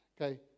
Okay